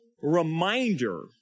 reminder